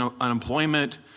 unemployment